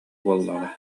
буоллаҕа